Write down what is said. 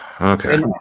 Okay